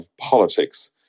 politics